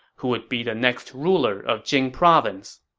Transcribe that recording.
who would be the next ruler of jing province